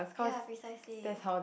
ya precisely